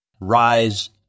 Rise